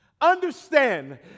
Understand